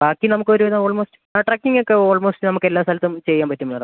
ബാക്കി നമുക്കൊരുവിധം ഓൾമോസ്റ്റ് ആ ട്രക്കിങ്ങൊക്കെ ഓൾമോസ്റ്റ് നമുക്ക് എല്ലാ സ്ഥലത്തും ചെയ്യാൻ പറ്റും മാഡം